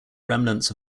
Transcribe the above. remnants